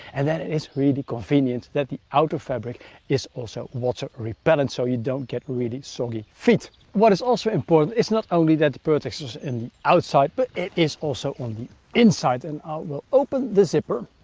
and that is really convenient that the outer fabric is also water-repellent so you don't get really soggy feet. what is also important is not only that the pertex is in the outside, but it is also on the inside. and i will open the zipper.